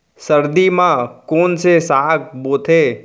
सर्दी मा कोन से साग बोथे?